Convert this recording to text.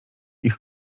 ich